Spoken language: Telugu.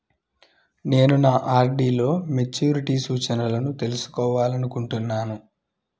నేను నా ఆర్.డీ లో మెచ్యూరిటీ సూచనలను తెలుసుకోవాలనుకుంటున్నాను